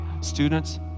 students